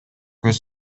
көз